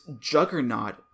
juggernaut